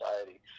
society